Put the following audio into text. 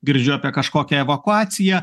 girdžiu apie kažkokią evakuaciją